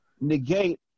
negate